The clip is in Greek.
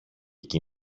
εκεί